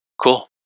cool